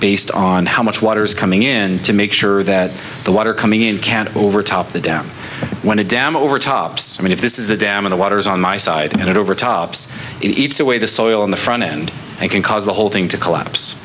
based on how much water is coming in to make sure that the water coming in can't overtop the down when the dam over tops i mean if this is the dam of the waters on my side and it over tops eats away the soil in the front end it can cause the whole thing to collapse